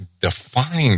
define